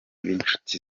b’inshuti